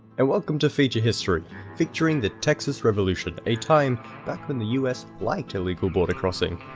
and welcome to feature history featuring the texas revolution, a time back when the us liked illegal border-crossing.